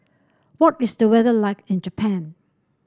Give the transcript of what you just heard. what is the weather like in Japan